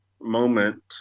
moment